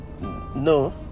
no